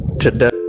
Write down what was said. today